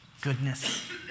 goodness